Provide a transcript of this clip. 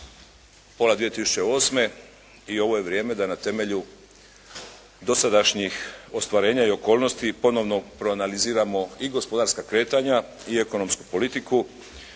pola 2008. i ovo je vrijeme da na temelju dosadašnjih ostvarenja i okolnosti ponovno proanaliziramo i gospodarska kretanja i ekonomsku politiku.